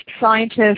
scientists